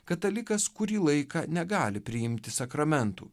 katalikas kurį laiką negali priimti sakramentų